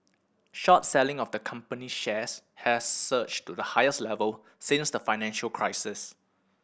short selling of the company's shares has surged to the highest level since the financial crisis